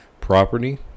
property